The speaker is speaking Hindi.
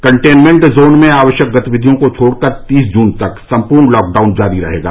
कंटेनमेन्ट जोन में आवश्यक गतिविधियों को छोड़कर तीस जून तक सम्पूर्ण लॉकडाउन जारी रहेगा